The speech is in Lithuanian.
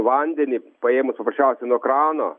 vandenį paėmus papraščiausiai nuo krano